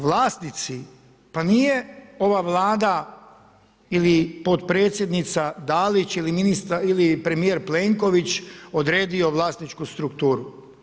Vlasnici, pa nije ova Vlada ili potpredsjednica Dalić ili premijer Plenković odredio vlasničku strukturu.